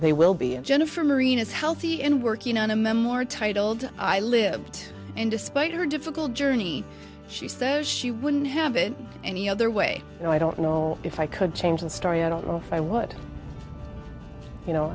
they will be jennifer marina's healthy and working on a memoir titled i lived and despite her difficult journey she says she wouldn't have it any other way you know i don't know if i could change the story i don't know if i would